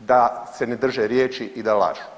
da se ne drže riječi i da lažu.